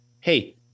hey